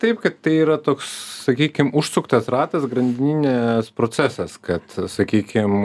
taip kad tai yra toks sakykim užsuktas ratas grandininės procesas kad sakykim